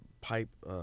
pipe